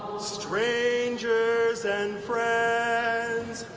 strangers and friends